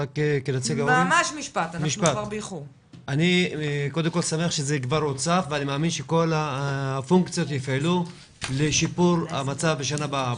שזה כבר הוצף ואני מאמין שכל הפונקציות יפעלו לשיפור המצב בשנה הבאה.